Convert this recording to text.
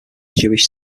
jewish